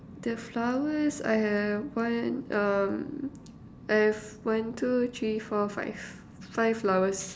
the flowers I have one um I have one two three four five five flowers